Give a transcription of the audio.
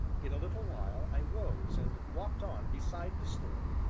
in a little while, i rose and walked on beside the stream,